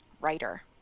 writer